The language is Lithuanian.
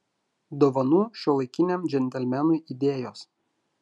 dovanų šiuolaikiniam džentelmenui idėjos